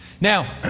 Now